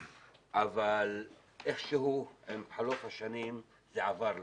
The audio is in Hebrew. אבל איכשהו עם חלוף השנים זה עבר להם.